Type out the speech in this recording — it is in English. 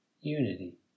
unity